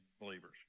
believers